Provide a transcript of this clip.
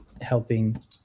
helping